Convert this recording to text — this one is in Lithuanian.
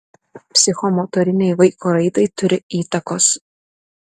psichomotorinei vaiko raidai turi įtakos